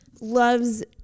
loves